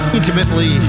Intimately